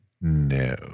No